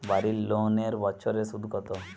বাড়ি লোনের বছরে সুদ কত?